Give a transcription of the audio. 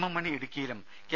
M Mani ഇടുക്കിയിലും K